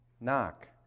knock